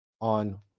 on